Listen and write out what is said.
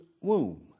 womb